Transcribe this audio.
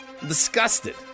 disgusted